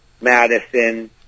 madison